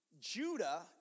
Judah